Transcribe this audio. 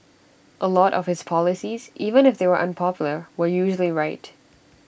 A lot of his policies even if they were unpopular were usually right